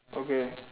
okay